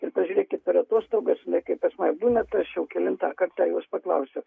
ir pažiūrėkit per atostogas jinai kai pas mane būna tai aš jau kelintą kartą jos paklausiu